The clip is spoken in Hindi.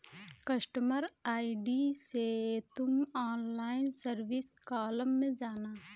कस्टमर आई.डी से तुम ऑनलाइन सर्विस कॉलम में जाना